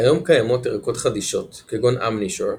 כיום קיימות ערכות חדישות כגון Amnisure,